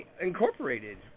Incorporated